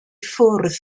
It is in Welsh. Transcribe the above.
ffwrdd